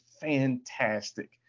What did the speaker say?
fantastic